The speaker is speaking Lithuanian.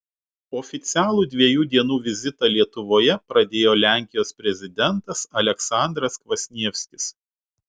oficialų dviejų dienų vizitą lietuvoje pradėjo lenkijos prezidentas aleksandras kvasnievskis